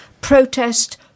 Protest